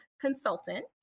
consultant